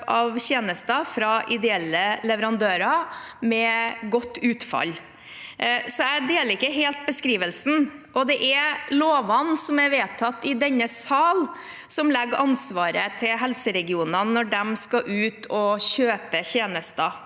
av tjenester fra ideelle leverandører, med godt utfall. Så jeg deler ikke helt beskrivelsen. Det er lovene som er vedtatt i denne sal, som legger ansvaret til helseregionene når de skal ut og kjøpe tjenester.